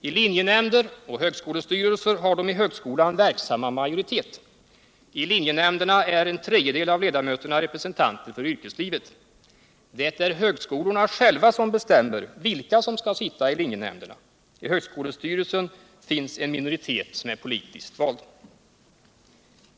I linjenämnder och högskolestyrelser har de i högskolan verksamma majoritet. I linjenämnderna är en tredjedel av ledamöterna representanter för yrkeslivet. Det är högskolorna själva som bestämmer vilka som skall sitta i linjenämnderna. I högskolestyrelsen finns en minoritet, som är politiskt vald.